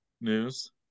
news